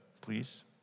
please